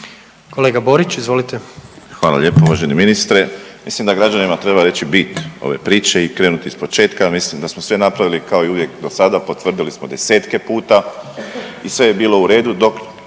**Borić, Josip (HDZ)** Hvala lijepo uvaženi ministre. Mislim da građani treba reći bit ove priče i krenuti ispočetka. Mislim da smo sve napravili kao i uvijek do sada, potvrdili smo desetke puta i sve je bilo u redu